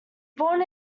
born